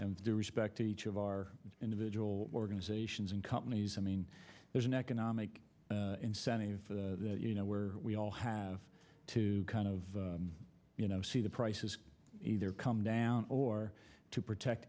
and do respect each of our individual organizations and companies i mean there's an economic incentive for that you know where we all have to kind of you know see the prices either come down or to protect